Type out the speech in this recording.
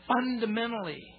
fundamentally